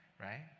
right